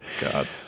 God